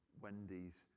Wendy's